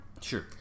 Sure